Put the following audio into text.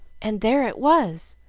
and there it was!